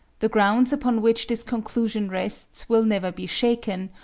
the grounds upon which this conclusion rests will never be shaken,